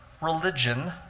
religion